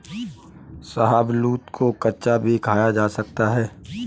शाहबलूत को कच्चा भी खाया जा सकता है